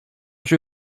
się